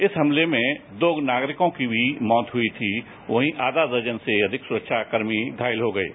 इस हमले में तो नागरिकों की भी मौत हुई थी वही आधा दर्जन से अधिक सुरक्षा कर्मी घायल हो गए थे